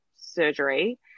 surgery